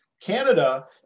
canada